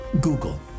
Google